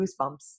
goosebumps